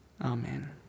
Amen